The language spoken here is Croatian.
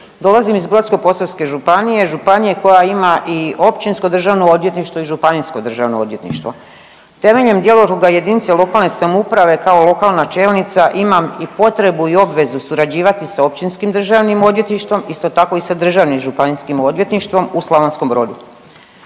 Dolazim iz Brodsko-posavske županije, županije koja ima i općinsko državno odvjetništvo i županijsko državno odvjetništvo. Temeljem djelokruga jedinice lokalne samouprava kao lokalna čelnica imam i potrebu i obvezu surađivati sa općinskim državnim odvjetništvom isto tako i sa Državnim županijskim odvjetništvom u Slavonskom Brodu.